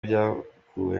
byakuwe